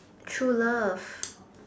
true love